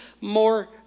more